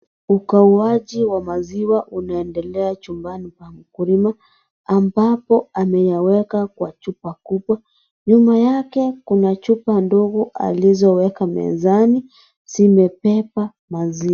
Ugawaji wa maziwa unaendelea chumbani pa mkulima ambapo ameyawekwa kwa chupa kubwa, nyuma yake kuna chupa ndogo alizoweka mezani zimebeba maziwa.